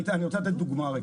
אני רוצה לתת דוגמה.